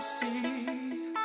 see